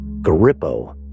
Garippo